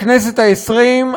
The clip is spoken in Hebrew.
בכנסת העשרים,